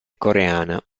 coreana